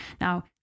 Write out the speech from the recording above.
Now